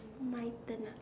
my turn ah